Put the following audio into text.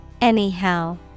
Anyhow